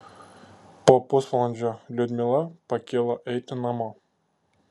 po pusvalandžio liudmila pakilo eiti namo